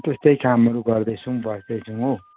त्यस्तै कामहरू गर्दैछौँ बस्दैछौँ हौ